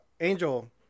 Angel